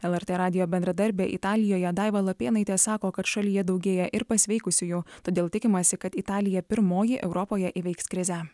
lrt radijo bendradarbė italijoje daiva lapėnaitė sako kad šalyje daugėja ir pasveikusiųjų todėl tikimasi kad italija pirmoji europoje įveiks krizę